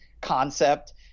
concept